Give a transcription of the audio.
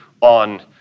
on